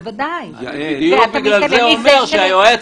בוודאי --- בדיוק בגלל זה אני אומר שהיועץ